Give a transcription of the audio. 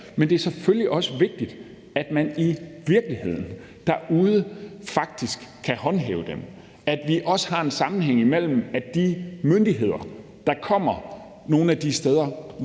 Men det er selvfølgelig også vigtigt, at man i ude virkeligheden faktisk kan håndhæve dem, og at vi også har en sammenhæng, i forhold til at de myndigheder, der kommer nogle af de steder,